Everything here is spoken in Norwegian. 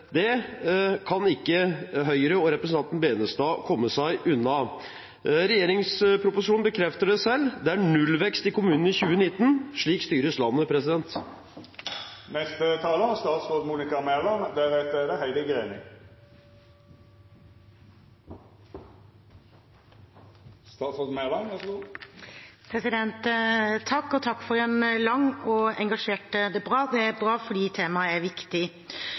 Det kan ikke Høyre og representanten Tveiten Benestad komme seg unna. Regjeringsproposisjonen bekrefter det selv: Det er nullvekst i kommunene i 2019. Slik styres landet. Takk for en lang og engasjert debatt. Det er bra, for temaet er viktig. La meg bare komme med noen svar på spørsmål som har vært stilt. Går det